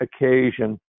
occasion